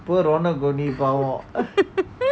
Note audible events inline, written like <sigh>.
<laughs>